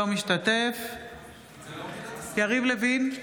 אינו משתתף בהצבעה יריב לוין,